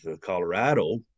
colorado